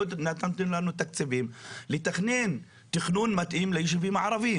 לא נתתם לנו תקציבים לתכנן תכנון מתאים לישובים הערבים.